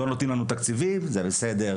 לא נותנים לנו תקציבים זה בסדר,